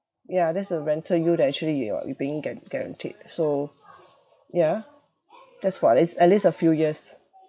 yeah that's the rental yield that actually you're you being guaran~ guaranteed so yeah that's for at least at least a few years